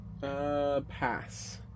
Pass